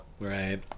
Right